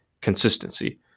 consistency